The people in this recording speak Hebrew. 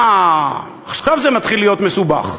אה, עכשיו זה מתחיל להיות מסובך.